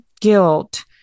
guilt